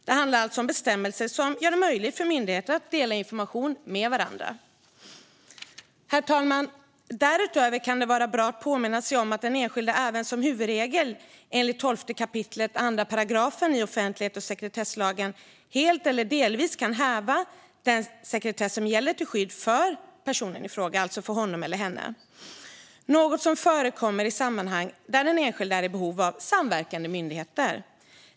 Det handlar alltså om bestämmelser som möjliggör för myndigheter att dela information med varandra. Herr talman! Därutöver kan det vara bra att påminna sig om att den enskilde även som huvudregel enligt 12 kap. 2 § offentlighets och sekretesslagen helt eller delvis kan häva den sekretess som gäller till skydd för personen ifråga, alltså för honom eller henne, något som förekommer i sammanhang där den enskilde är i behov av samverkande myndigheter.